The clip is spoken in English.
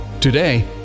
Today